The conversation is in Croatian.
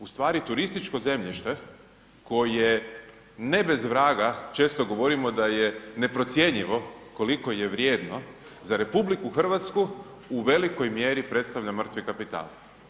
Ustvari turističko zemljište koje ne bez vraga često govorimo da je neprocjenjivo koliko je vrijedno, za RH u velikoj mjeri predstavlja mrtvi kapital.